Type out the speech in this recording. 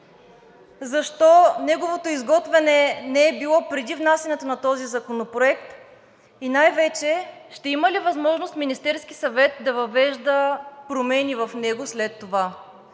Защо неговото изготвяне не е било преди внасянето на този законопроект? И най-вече, ще има ли възможност Министерският съвет да въвежда промени в него след това,